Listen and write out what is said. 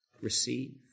Receive